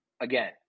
again